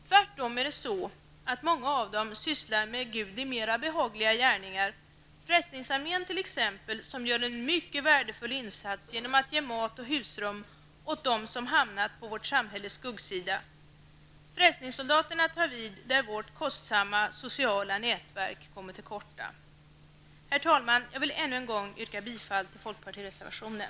Tvärtom sysslar många av dem med Gud i mer behagliga gärningar. Frälsningsarmén t.ex. gör en mycket värdefull insats genom att ge mat och husrum åt dem som hamnat på vårt samhälles skuggsida; frälsningssoldaterna tar vid där vårt kostsamma, sociala nätverk kommit till korta. Herr talman! Jag vill ännu en gång yrka bifall till folkpartireservationen.